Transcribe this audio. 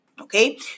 okay